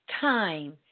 time